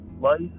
life